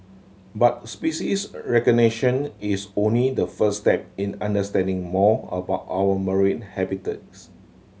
but species recognition is only the first step in understanding more about our marine habitats